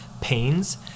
pains